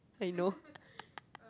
I know